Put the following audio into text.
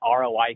ROI